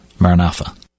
Maranatha